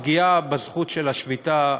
הפגיעה בזכות השביתה,